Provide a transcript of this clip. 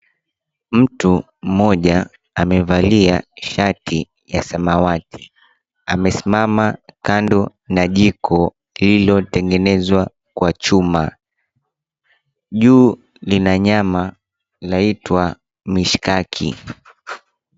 Mtu mmoja amevalia shati ya samawati amesimama kando na jiko hilo lililotengenezwa kwa chuma, juu lina nyama laitwa mishikaki.